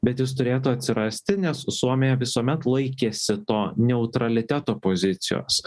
bet jis turėtų atsirasti nes suomija visuomet laikėsi to neutraliteto pozicijos